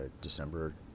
December